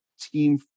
team